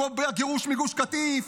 כמו בגירוש מגוש קטיף,